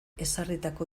ezarritako